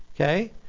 Okay